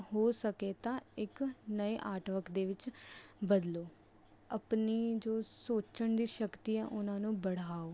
ਹੋ ਸਕੇ ਤਾਂ ਇੱਕ ਨਏ ਆਰਟਵਰਕ ਦੇ ਵਿੱਚ ਬਦਲੋ ਆਪਣੀ ਜੋ ਸੋਚਣ ਦੀ ਸ਼ਕਤੀ ਹੈ ਉਹਨਾਂ ਨੂੰ ਬੜਾਓ